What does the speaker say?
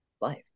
life